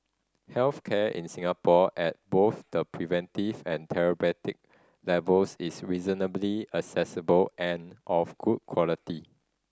health care in Singapore at both the preventive and therapeutic levels is reasonably accessible and of good quality